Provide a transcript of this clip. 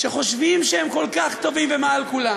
שחושבים שהם כל כך טובים ומעל כולם.